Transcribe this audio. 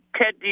Ted